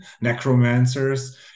necromancers